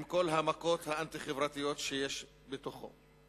עם כל המכות האנטי-חברתיות שיש בתוכו.